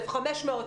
1,500,